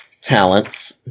talents